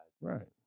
Right